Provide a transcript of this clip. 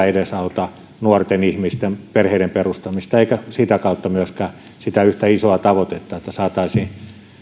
edesauta nuorten ihmisten perheiden perustamista eikä sitä kautta myöskään sitä yhtä isoa tavoitetta että saataisiin